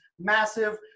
massive